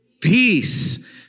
peace